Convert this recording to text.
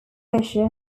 fisher